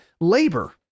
labor